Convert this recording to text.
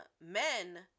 men